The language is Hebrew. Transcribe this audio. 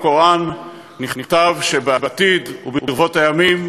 בקוראן נכתב שבעתיד וברבות הימים,